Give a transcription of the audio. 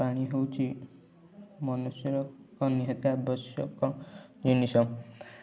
ପାଣି ହେଉଛି ମନୁଷ୍ୟର ନିହାତି ଆବଶ୍ୟକ ଜିନିଷ